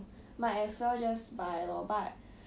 ya game mah